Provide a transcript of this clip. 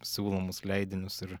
siūlomus leidinius ir